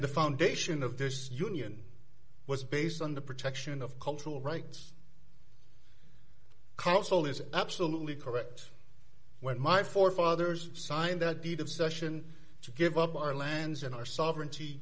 the foundation of this union was based on the protection of cultural rights council is absolutely correct when my forefathers signed that deed obsession to give up our lands and our sovereignty